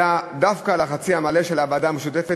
אלא דווקא על החצי המלא של הוועדה המשותפת